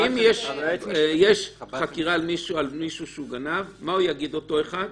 ואם יש חקירה על מישהו שגנב מה יגיד אותו אחד?